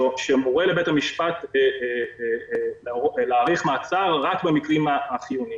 שמורה לבית המשפט להאריך מעצר רק במקרים החיוניים.